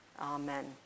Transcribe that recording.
Amen